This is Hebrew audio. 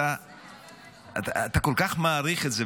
אתה כל כך מעריך את זה,